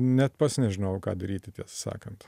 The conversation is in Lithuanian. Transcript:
net pats nežinojau ką daryti tiesą sakant